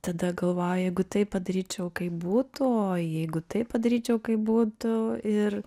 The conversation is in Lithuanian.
tada galvoju jeigu tai padaryčiau kaip būtų o jeigu taip padaryčiau kaip būtų ir